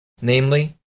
Namely